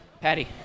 Patty